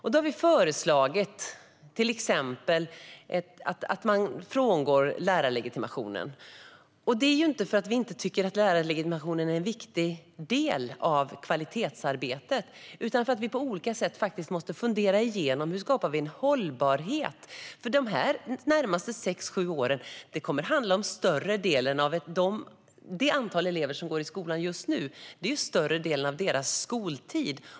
Vi har till exempel föreslagit att man frångår lärarlegitimationen. Detta beror inte på att vi inte tycker att lärarlegitimation är en viktig del av kvalitetsarbetet, utan det beror på att vi på olika sätt måste fundera igenom hur vi ska kunna skapa en hållbarhet. För de elever som går i skolan just nu kommer de närmaste sex sju åren att motsvara större delen av deras skoltid.